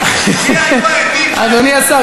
אדוני השר,